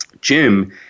Jim